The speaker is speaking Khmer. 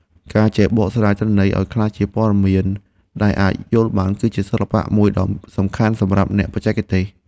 ការចេះបកស្រាយទិន្នន័យឱ្យក្លាយជាព័ត៌មានដែលអាចយល់បាន គឺជាសិល្បៈមួយដ៏សំខាន់សម្រាប់អ្នកបច្ចេកទេស។